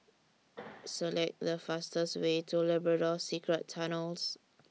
Select The fastest Way to Labrador Secret Tunnels